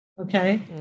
Okay